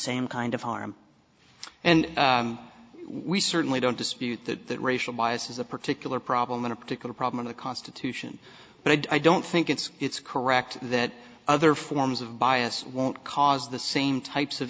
same kind of harm and we certainly don't dispute that that racial bias is a particular problem and a particular problem in the constitution but i don't think it's it's correct that other forms of bias won't cause the same types of